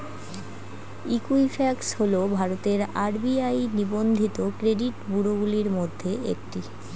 Equifax হল ভারতের RBI নিবন্ধিত ক্রেডিট ব্যুরোগুলির মধ্যে একটি